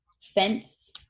fence